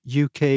UK